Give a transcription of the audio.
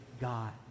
God